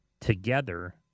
together